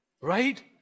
right